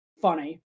funny